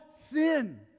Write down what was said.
sin